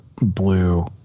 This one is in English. blue